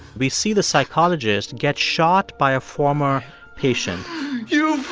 we see the psychologist get shot by a former patient you